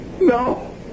No